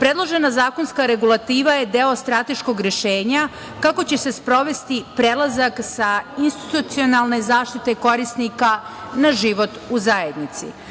Predložena zakonska regulativa je deo strateškog rešenja kako će se sprovesti prelazak sa institucionalne zaštite korisnika na život u zajednici. Predmetna